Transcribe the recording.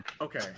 okay